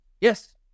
Yes